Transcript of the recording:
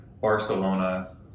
Barcelona